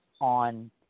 on